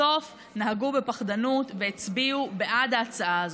בסוף נהגו בפחדנות והצביעו בעד ההצעה הזאת.